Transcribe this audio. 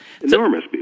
Enormous